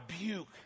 rebuke